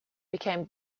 became